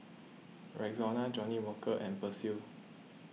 Rexona Johnnie Walker and Persil